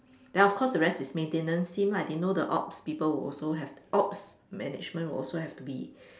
then of course the rest is maintenance team lah I didn't know the ops people would also have ops management would also have to be